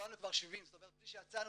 וקבלנו כבר 70 בלי שיצאנו